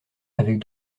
avec